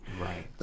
Right